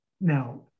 Now